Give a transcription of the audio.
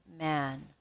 man